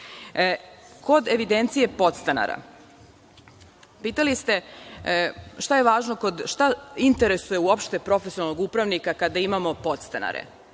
evidencije podstanara. Pitali ste šta interesuje uopšte profesionalnog upravnika kada imamo podstanare?